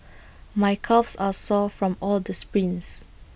my calves are sore from all the sprints